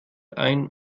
ein